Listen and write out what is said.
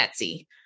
Etsy